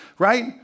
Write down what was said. right